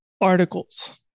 articles